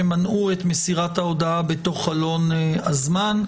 שמנעו את מסירת ההודעה בתוך חלון הזמן,